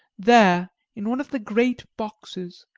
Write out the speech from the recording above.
there, in one of the great boxes,